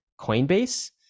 Coinbase